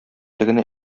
тегене